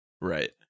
Right